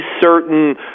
certain